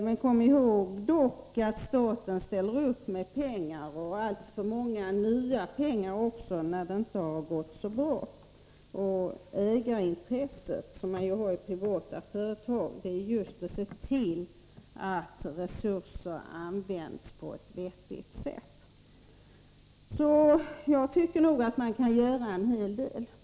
Men kom dock ihåg att staten ställer upp med pengar och alltför många nya pengar också när det inte gått så bra. Ägarintresset, som man har i privatföretag, är just att se till att resurser används på ett vettigt sätt. Jag tycker alltså att man kan göra en hel del.